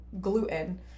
gluten